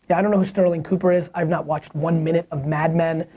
yeah don't know sterling cooper is, i've not watched one minute of mad men.